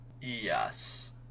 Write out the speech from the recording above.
Yes